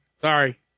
Sorry